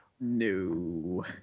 No